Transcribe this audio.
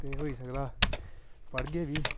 ते होई सकदा पढ़गे बी